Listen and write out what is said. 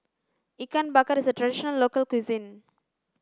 ikan bakar is a traditional local cuisine